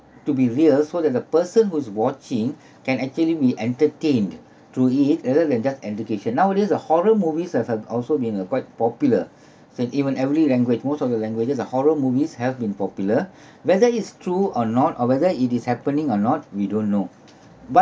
to be real so that the person who's watching can actually be entertained through it rather than just education nowadays a horror movies has uh also been uh quite popular same even every language most of the languages ah horror movies have been popular whether it's true or not or whether it is happening or not we don't know but